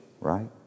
right